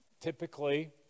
typically